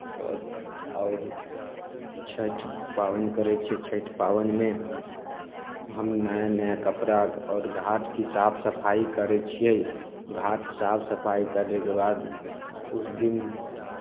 आओर छठि पाबनि करै छियै छठि पाबनिमे हम नया नया कपड़ा आओर घाट की साफ सफाइ करै छियै घाट साफ सफाइ करयके बाद उस दिन